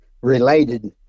related